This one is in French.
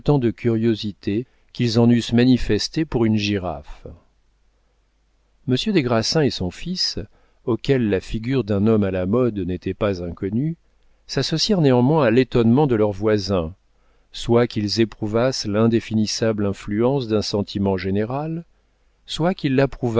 de curiosité qu'ils en eussent manifesté pour une girafe monsieur des grassins et son fils auxquels la figure d'un homme à la mode n'était pas inconnue s'associèrent néanmoins à l'étonnement de leurs voisins soit qu'ils éprouvassent l'indéfinissable influence d'un sentiment général soit qu'ils